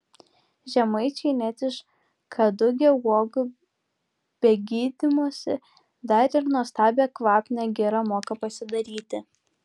žemaičiai net iš kadugio uogų be gydymosi dar ir nuostabią kvapnią girą moką pasidaryti